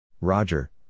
Roger